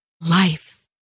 life